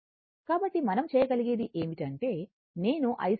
కాబట్టి మనం చేయగలిగేది ఏమిటంటే నేను I2 విలువ i1 2 I22